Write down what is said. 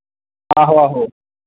आहो आहो